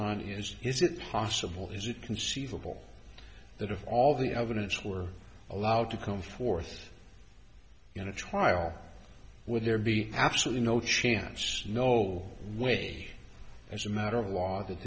on his is it possible is it conceivable that if all the evidence were allowed to come forth in a trial would there be absolutely no chance no way as a matter of